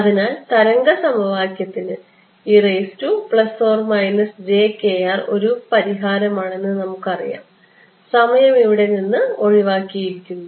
അതിനാൽ തരംഗ സമവാക്യത്തിന് ഒരു പരിഹാരമാണെന്ന് നമുക്കറിയാം സമയം ഇവിടെ നിന്ന് ഒഴിവാക്കിയിരിക്കുന്നു